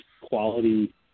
quality